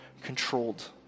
controlled